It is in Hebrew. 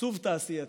עיצוב תעשייתי.